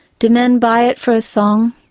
do men buy it for a song?